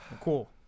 Cool